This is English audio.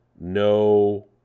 no